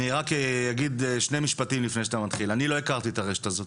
אני רוצה להגיד, אני לא הכרתי את הרשת הזאת.